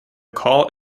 call